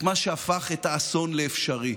את מה שהפך את האסון לאפשרי.